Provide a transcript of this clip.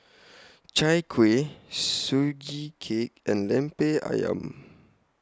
Chai Kueh Sugee Cake and Lemper Ayam